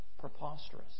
preposterous